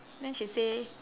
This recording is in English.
then she say